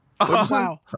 Wow